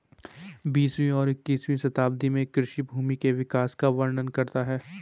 बीसवीं और इक्कीसवीं शताब्दी में कृषि भूमि के विकास का वर्णन करता है